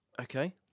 Okay